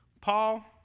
Paul